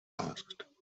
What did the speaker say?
asked